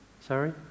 Sorry